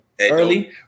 early